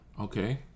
okay